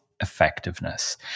Effectiveness